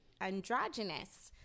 androgynous